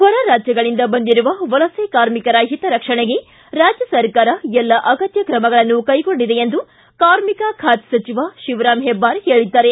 ಹೊರ ರಾಜ್ಯಗಳಿಂದ ಬಂದಿರುವ ವಲಸೆ ಕಾರ್ಮಿಕರ ಹಿತರಕ್ಷಣೆಗೆ ರಾಜ್ಯ ಸರ್ಕಾರ ಎಲ್ಲಾ ಅಗತ್ಯ ಕ್ರಮಗಳನ್ನು ಕೈಗೊಂಡಿದೆ ಎಂದು ಕಾರ್ಮಿಕ ಖಾತೆ ಸಚಿವ ಶಿವರಾಮ್ ಹೆಬ್ಬಾರ್ ಹೇಳಿದ್ದಾರೆ